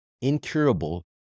incurable